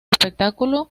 espectáculo